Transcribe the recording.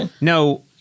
No